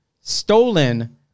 stolen